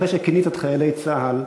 אחרי שכינית את חיילי צה"ל,